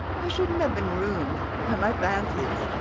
i shouldn't have been ruined by my fancies.